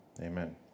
amen